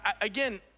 again